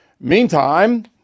Meantime